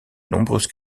nombreuses